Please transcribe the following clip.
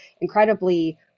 incredibly